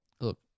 look